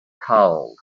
cold